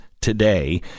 today